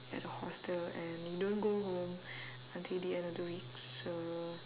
at a hostel and you don't go home until the end of the week so